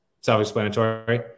self-explanatory